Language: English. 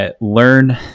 Learn